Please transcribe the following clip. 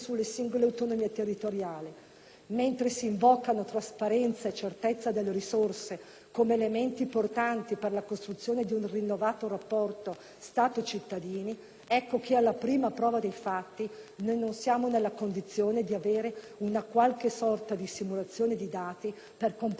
Mentre si invoca la trasparenza e la certezza delle risorse come uno degli elementi portanti per la costruzione di un rinnovato rapporto Stato-cittadini, ecco che, alla prima prova dei fatti, noi non siamo nella condizione di avere una qualche sorta di simulazione dei dati per comprendere la portata di questo disegno.